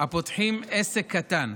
הפותחים עסק קטן.